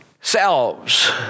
selves